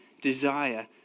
desire